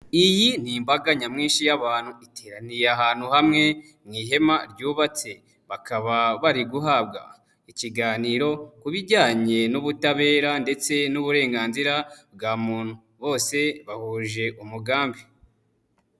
Iyi ni imbaga nyamwinshi y'abantu, iteraniye ahantu hamwe mu ihema ryubatse bakaba bari guhabwa ikiganiro ku bijyanye n'ubutabera ndetse n'uburenganzira bwa muntu, bose bahuje umugambi.